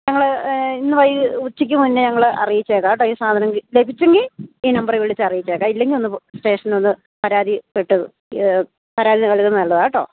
ഞങ്ങൾ ഇന്ന് വൈ ഉച്ചയ്ക്ക് മുന്നേ ഞങ്ങൾ അറിയിച്ചേക്കാം കേട്ടോ ഈ സാധനം ലഭിച്ചെങ്കിൽ ഈ നമ്പറിൽ വിളിച്ച് അറിയിച്ചേക്കാം ഇല്ലെങ്കിൽ ഒന്ന് പൊ സ്റ്റേഷനിൽ ഒന്ന് പരാതി പെട്ട് പരാതി നൽകുന്നത് നല്ലതാണ് കേട്ടോ